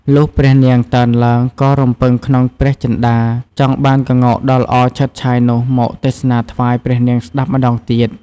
លុះព្រះនាងតើនឡើង ក៏រំពឹងក្នុងព្រះចិន្ដាចង់បានក្ងោកដ៏ល្អឆើតឆាយនោះ មកទេសនាថ្វាយព្រះនាងស្ដាប់ម្ដងទៀត។